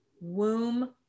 womb